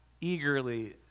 Eagerly